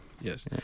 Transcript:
yes